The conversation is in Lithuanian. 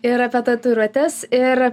ir apie tatuiruotes ir